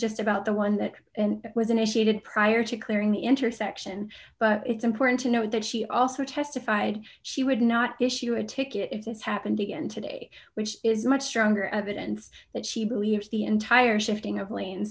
just about the one that was initiated prior to clearing the intersection but it's important to note that she also testified she would not issue a ticket if this happened again today which is much stronger evidence that she believes the entire shifting of lanes